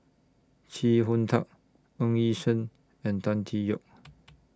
Chee Hong Tat Ng Yi Sheng and Tan Tee Yoke